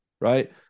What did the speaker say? Right